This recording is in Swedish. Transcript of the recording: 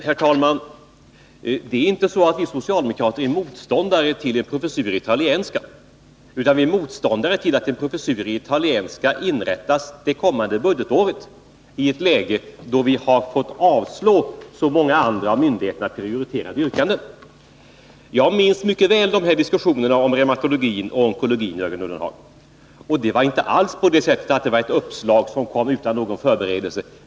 Herr talman! Det är inte så, att vi socialdemokrater är motståndare till en professur i italienska, utan vi är motståndare till att en professur i italienska inrättas det kommande budgetåret, i ett läge då vi har fått avslå så många andra av myndigheterna prioriterade yrkanden. Jag minns mycket väl diskussionen om reumatologin och onkologin, Jörgen Ullenhag. Det var inte alls något uppslag som kom utan förberedelse.